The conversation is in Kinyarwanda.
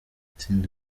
itsinda